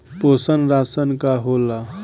पोषण राशन का होला?